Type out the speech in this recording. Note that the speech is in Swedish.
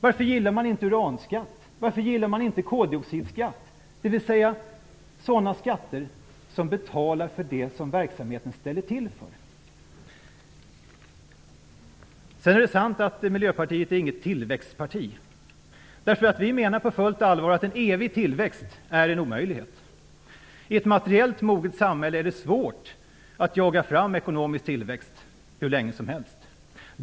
Varför gillar man inte uranskatt? Varför gillar man inte koldioxidskatt? Det handlar alltså om sådana skatter som betalar för det som verksamheten ställer till med. Det är sant att Miljöpartiet inte är ett tillväxtparti. Vi menar på fullt allvar att evig tillväxt är en omöjlighet. I ett materiellt moget samhälle är det svårt att jaga fram ekonomisk tillväxt hur länge som helst.